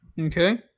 Okay